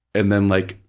and then like,